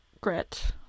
grit